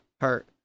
hurt